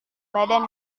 badan